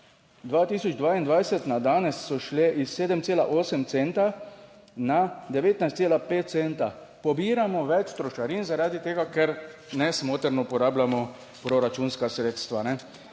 2022 na danes so šle iz 7,8 centa na 19,5 centa. Pobiramo več trošarin zaradi tega, ker nesmotrno porabljamo proračunska sredstva.